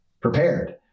prepared